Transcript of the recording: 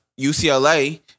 UCLA